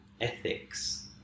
ethics